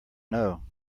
know